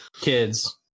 Kids